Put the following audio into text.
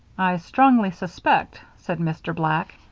i strongly suspect, said mr. black,